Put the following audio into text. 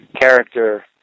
character